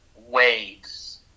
waves